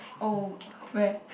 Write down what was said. oh where